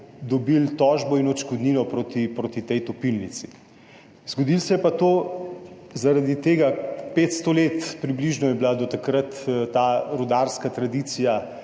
dobili tožbo in odškodnino proti tej topilnici. Zgodilo se je pa to zaradi tega, približno 500 let je bila do takrat ta rudarska tradicija